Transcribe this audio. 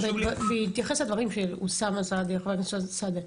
בהתייחס לדברים שאמר חבר הכנסת סעדי,